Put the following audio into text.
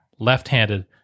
left-handed